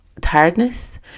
tiredness